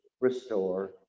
restore